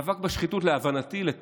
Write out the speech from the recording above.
מאבק בשחיתות, להבנתי, לטעמי,